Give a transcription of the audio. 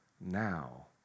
Now